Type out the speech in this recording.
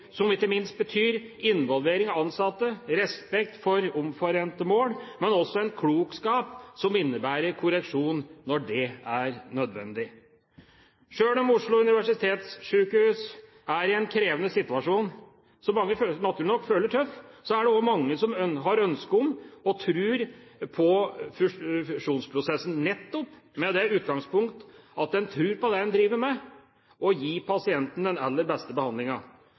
involvering av ansatte og respekt for omforente mål, men også en klokskap som innebærer korreksjon, når det er nødvendig. Sjøl om Oslo universitetssykehus er i en krevende situasjon – som mange, naturlig nok, føler er tøff – er det også mange som har ønske om og tro på fusjonsprosessen, nettopp med det utgangspunkt at de tror på det de driver med: å gi pasienter den aller beste